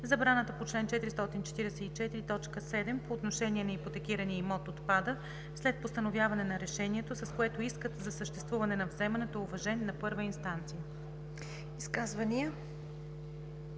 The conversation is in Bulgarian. забраната по чл. 444, т. 7 по отношение на ипотекирания имот отпада след постановяване на решението, с което искът за съществуване на вземането е уважен на първа инстанция“.“